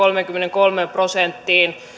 kolmeenkymmeneenkolmeen prosenttiin